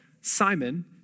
Simon